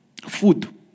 Food